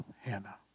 Hannah